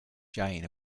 jane